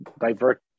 divert